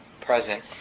present